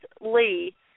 Lee